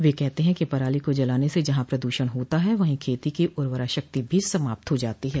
वे कहते हैं कि पराली को जलाने से जहां प्रदूषण होता है वहीं खेती की उर्वरा शक्ति भी समाप्त हो जाती है